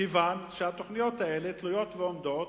כיוון שהתוכניות האלה תלויות ועומדות